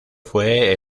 fue